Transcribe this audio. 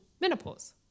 menopause